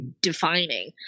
defining